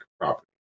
property